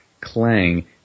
Clang